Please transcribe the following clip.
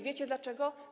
Wiecie dlaczego?